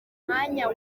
mwanya